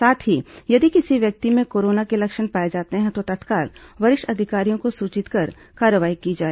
साथ ही यदि किसी व्यक्ति में कोरोना के लक्षण पाए जाते हैं तो तत्काल वरिष्ठ अधिकारियों को सूचित कर कार्रवाई की जाए